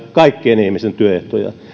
kaikkien ihmisten työehtoja